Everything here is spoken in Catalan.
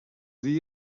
quants